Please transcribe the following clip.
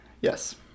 Yes